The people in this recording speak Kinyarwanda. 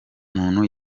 muntu